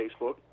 Facebook